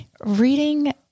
Reading